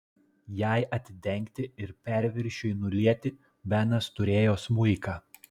jai atidengti ir perviršiui nulieti benas turėjo smuiką